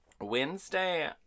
Wednesday